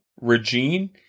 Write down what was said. Regine